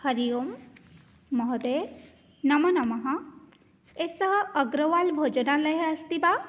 हरिः ओम् महोदय नमो नमः एषः अग्रवाल् भोजनालयः अस्ति वा